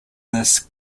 this